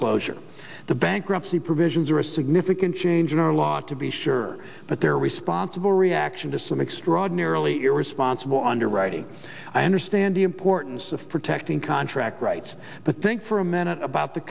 foreclosure the bankruptcy provisions are a significant change a lot to be sure but they're responsible reaction to some extraordinarily irresponsible underwriting i understand the importance of protecting contract rights but think for a minute about the